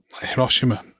Hiroshima